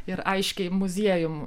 ir aiškiai muziejum